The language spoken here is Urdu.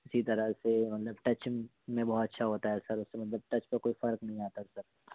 اسی طرح سے مطلب ٹچم میں بہت اچھا ہوتا ہے سر اس سے مطلب ٹچ پہ کوئی فرق نہیں آتا سر